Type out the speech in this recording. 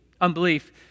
unbelief